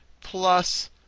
plus